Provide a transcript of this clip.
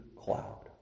cloud